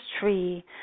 tree